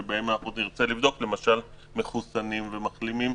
לקבוצת המחוסנים והמחלימים